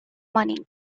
money